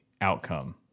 outcome